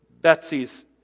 Betsy's